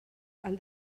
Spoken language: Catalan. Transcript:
han